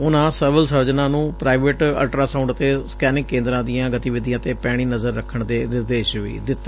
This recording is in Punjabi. ਉਨੂਾ ਸਿਵਲ ਸਰਜਨਾਂ ਨੂੰ ਪ੍ਰਾਈਵੇਟ ਅਲਟ੍ਰਾਸਾਊ ਡ ਅਤੇ ਸਕੈਨਿੰਗ ਕੇਂਦਰਾਂ ਦੀਆਂ ਗਤੀਵਿਧੀਆਂ ਤੇ ਪੈਣੀ ਨਜ਼ਰ ਰੱਖਣ ਦੇ ਨਿਰਦੇਸ਼ ਵੀ ਦਿੱਤੇ